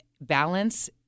balance